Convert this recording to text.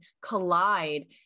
collide